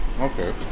Okay